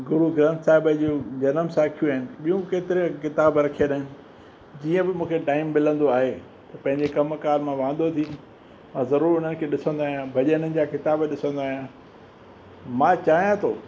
गुरुग्रंथ साहिब जूं जनम साखियूं आहिनि ॿियूं केतिरे किताब रखियल आहिनि जीअं बि मूंखे टाइम मिलंदो आहे पंहिंजे कम कार मां वांदो थी ज़रूरु उनखे ॾिसंदो आहियां भजननि जा किताब ॾिसंदो आहियां मां चाहियां थो